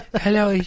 Hello